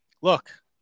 look